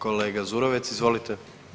Kolega Zurovec, izvolite.